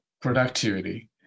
productivity